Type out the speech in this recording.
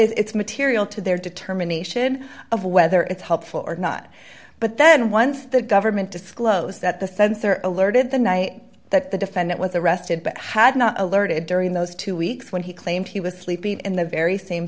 is it's material to their determination of whether it's helpful or not but then once the government disclosed that the sensor alerted the night that the defendant was arrested but had not alerted during those two weeks when he claimed he was sleeping in the very same